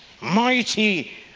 mighty